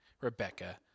Rebecca